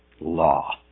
Law